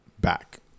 back